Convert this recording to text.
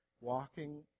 Walking